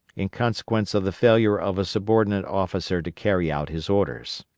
in consequence of the failure of a subordinate officer to carry out his orders.